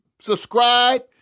subscribe